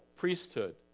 Priesthood